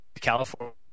California